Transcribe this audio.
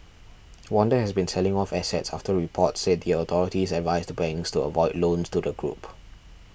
Wanda has been selling off assets after reports said the authorities advised banks to avoid loans to the group